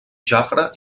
jafre